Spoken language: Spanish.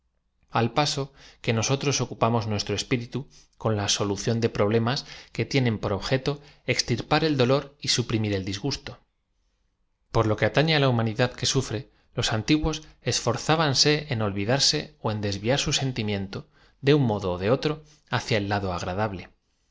al paso que noeotros ocupamos nuestro espíritu con la solución de problemas que tienen por objeto extirpar el dolor y suprimir el disgusto p o r lo quo ataflc á la humanidad que sufre los antiguos esforzábanse eo ou yldarse ó en desviar su seatímiento de un modo ó de otro hacia el lado agradable